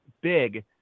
big